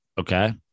Okay